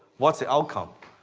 what's the outcome?